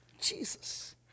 Jesus